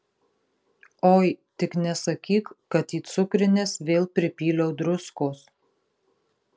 oi tik nesakyk kad į cukrines vėl pripyliau druskos